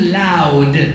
loud